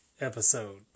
episode